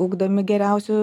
ugdomi geriausių